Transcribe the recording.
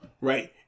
right